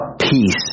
peace